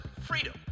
freedom